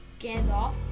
Gandalf